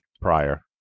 prior